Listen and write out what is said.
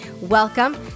Welcome